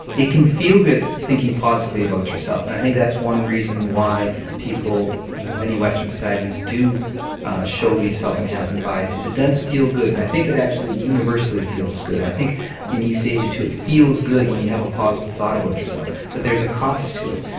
it can feel good thinking positively about yourself, and i think that's one reason why people in many western societies do show these self-enhancement biases, it does feel good. and i think it actually universally feels good, i think in east asia it feels good when you have a positive thought about yourself. but there's a cost to it,